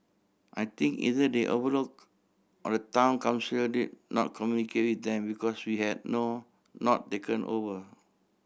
I think either they overlook or the Town Council did not communicate with them because we had no not taken over